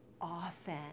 often